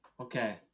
Okay